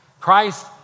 Christ